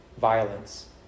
violence